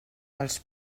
els